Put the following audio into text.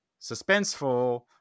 suspenseful